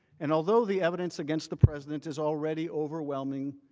and although the evidence against the present is already overwhelming,